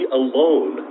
alone